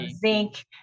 zinc